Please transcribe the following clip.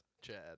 Chad